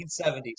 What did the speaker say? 1970s